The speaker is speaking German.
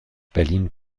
berlin